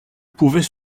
pouvait